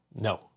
No